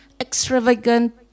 extravagant